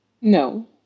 No